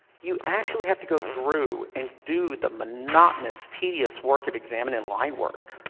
you actually have to go through and do the monotonous tedious work of examining linework.